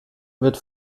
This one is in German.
wird